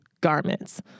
garments